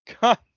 God